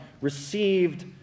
received